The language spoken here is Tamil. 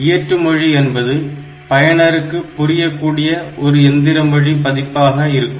இயற்று மொழி என்பது பயனருக்கு புரியக்கூடிய ஒரு எந்திர மொழி பதிப்பாக இருக்கும்